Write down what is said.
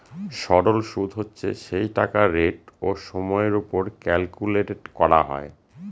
সরল সুদ হচ্ছে সেই টাকার রেট ও সময়ের ওপর ক্যালকুলেট করা হয়